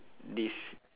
this